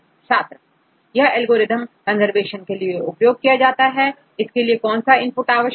छात्रAL2CO यह algorithm conservation के लिए उपयोग किया जाता है इसके लिए कौन सा इनपुट आवश्यक है